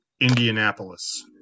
Indianapolis